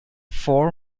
four